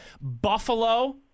Buffalo